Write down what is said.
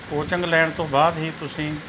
coaching ਲੈਣ ਤੋਂ ਬਾਅਦ ਹੀ ਤੁਸੀਂ